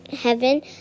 Heaven